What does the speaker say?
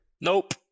Nope